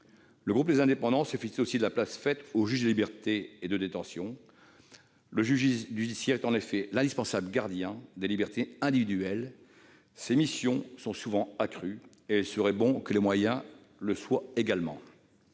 Territoires se félicite aussi de la place faite au juge des libertés et de la détention. Le juge judiciaire est en effet l'indispensable gardien des libertés individuelles. Ses missions sont souvent accrues, il serait bon que ses moyens le soient également.